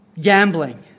gambling